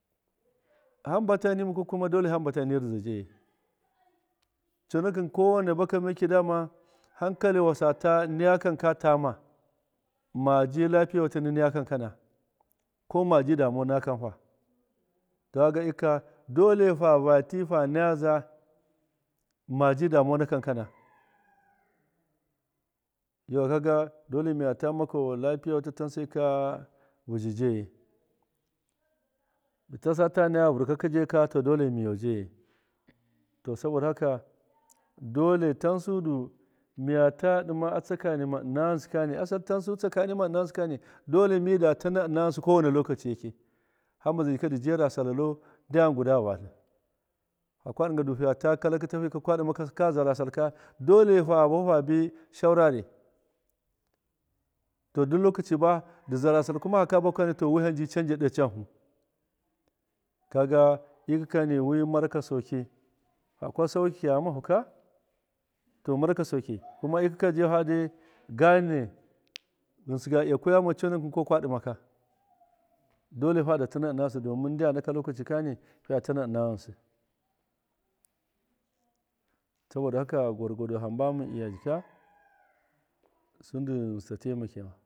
Hamta ni mukwa dole hambata ni ridza njaagi coonaki kowane baka mdki dama hankiwasindatu niya kan, kantama maji tlafiya watii na niya kankane ko maji damawa natlina to kaga iko dole faba tii fanaya magida mumuwa na miyaa ta makou tlafiya wati tansaiyika vuuzhi ajaayi misan tasu nayaka vurka kika dole miyau njaayi to soboda haka dole tansu du miyata dima atsaka nima ina ghinsi kani asal tansu sakami nims afa ghinsi kani dole mida duna ina ghansi kowand lokaci ydki hamba zai njiika ndi jaara sallalo niya guda vartlin faka digadu fiiyata kallaki tahu yikani ka dimaka kazaral sauka dole hu faabufa fabi shaurard to duk lokaci baa ndi gara sallka dole huu habu huu ha shaurard to duk lokaci baa zara salka kuma faka buhuukani dole wihan ndii cankaa do can hu kaga yikake ni wi maraca souki faka saukaka ghamahu kaa to maraki sauki to kuma ikaka jii fa dai gand ghinsi domin ndi yan naka lokaci kani fiiya taua do bamund iyaa jiika ghinsi ta taimakoma.